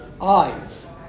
eyes